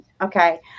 Okay